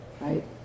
right